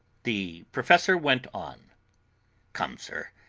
the professor went on come, sir,